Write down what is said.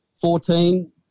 Fourteen